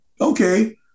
Okay